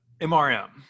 MRM